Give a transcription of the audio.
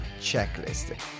checklist